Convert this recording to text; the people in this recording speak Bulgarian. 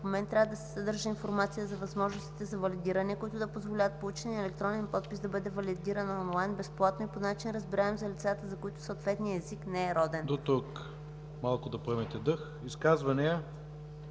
документ трябва да се съдържа информация за възможностите за валидиране, които да позволяват полученият електронен подпис да бъде валидиран онлайн, безплатно и по начин, разбираем за лицата, за които съответният език не е роден.” ПРЕДСЕДАТЕЛ ИВАН К. ИВАНОВ: Дотук. Изказвания